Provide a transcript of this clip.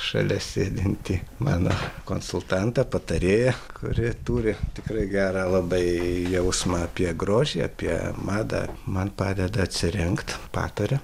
šalia sėdintį mano konsultantą patarėją kuri turi tikrai gerą labai jausmą apie grožį apie madą man padeda atsirinkt pataria